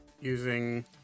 using